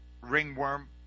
ringworm